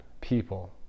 people